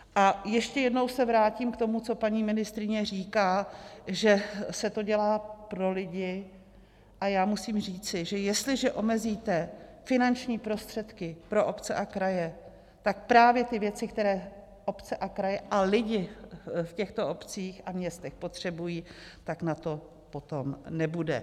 A ještě jednou se vrátím k tomu, co paní ministryně říká, že se to dělá pro lidi, a já musím říci, že jestliže omezíte finanční prostředky pro obce a kraje, tak právě na ty věci, které obce a kraje a lidi v těchto obcích a městech potřebují, na to potom nebude.